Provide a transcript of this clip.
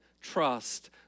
trust